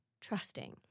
trusting